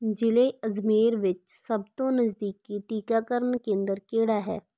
ਜ਼ਿਲ੍ਹੇ ਅਜਮੇਰ ਵਿੱਚ ਸਭ ਤੋਂ ਨਜ਼ਦੀਕੀ ਟੀਕਾਕਰਨ ਕੇਂਦਰ ਕਿਹੜਾ ਹੈ